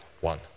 one